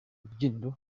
rubyiniro